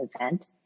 event